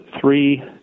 three